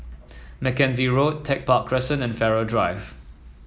Mackenzie Road Tech Park Crescent and Farrer Drive